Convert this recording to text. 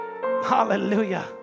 hallelujah